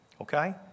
okay